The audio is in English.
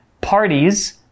parties